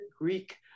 Greek